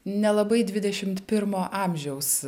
nelabai dvidešimt pirmo amžiaus